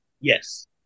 Yes